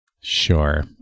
Sure